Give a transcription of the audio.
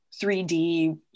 3D